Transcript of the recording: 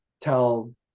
tell